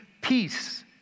peace